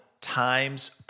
times